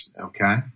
Okay